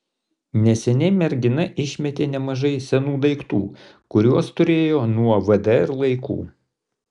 neseniai mergina išmetė nemažai senų daiktų kuriuos turėjo nuo vdr laikų